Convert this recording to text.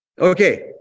okay